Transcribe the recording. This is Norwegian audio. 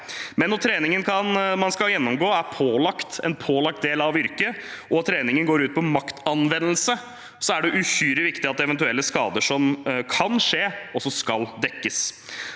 Når treningen man skal gjennomgå, er en pålagt del av yrket, og treningen går ut på maktanvendelse, er det uhyre viktig at eventuelle skader som kan skje, også skal dekkes.